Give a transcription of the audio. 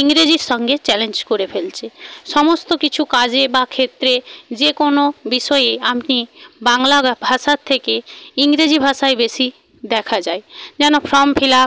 ইংরেজির সঙ্গে চ্যালেঞ্জ করে ফেলছে সমস্ত কিছু কাজে বা ক্ষেত্রে যে কোনো বিষয়েই আপনি বাংলা ভাষার থেকে ইংরেজি ভাষায় বেশি দেখা যায় যেন ফর্ম ফিল আপ